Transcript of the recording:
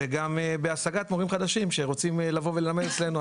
וגם בהשגת מורים חדשים שרוצים לבוא וללמד אצלנו.